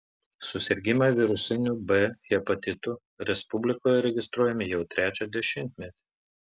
susirgimai virusiniu b hepatitu respublikoje registruojami jau trečią dešimtmetį